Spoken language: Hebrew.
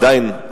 עדיין,